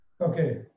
Okay